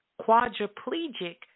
quadriplegic